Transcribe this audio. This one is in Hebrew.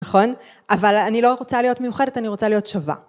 נכון אבל אני לא רוצה להיות מיוחדת אני רוצה להיות שווה